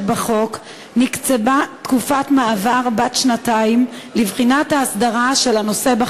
בחוק תיקצב תקופת מעבר בת שנתיים לבחינת ההסדרה של הנושא בחקיקה.